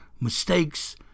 mistakes